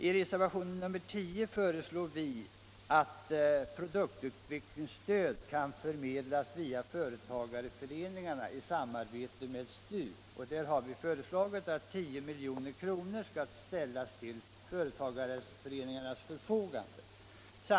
I reservationen 10 föreslår herr Hovhammar och jag att produktutvecklingsstöd skall kunna förmedlas via företagarföreningarna i samarbete med STU, och vi anser att 10 milj.kr. skall ställas till företagarföreningarnas förfogande.